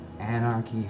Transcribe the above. anarchy